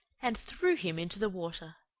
and threw him into the water.